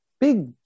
big